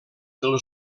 del